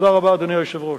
תודה רבה, אדוני היושב-ראש.